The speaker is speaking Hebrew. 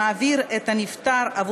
קורה כי הגוף שמעביר את הנפטר בעבור